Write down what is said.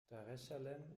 daressalam